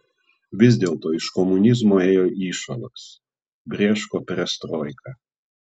vis dėlto iš komunizmo ėjo įšalas brėško perestroika